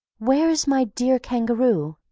where is my dear kangaroo?